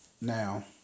Now